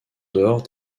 dehors